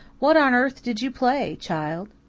what on earth did you play, child?